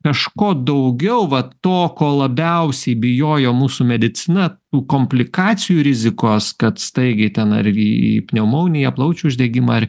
kažko daugiau va to ko labiausiai bijojo mūsų medicina komplikacijų rizikos kad staigiai ten ar į į pneumonija plaučių uždegimą ar